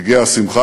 בני נולדו שם,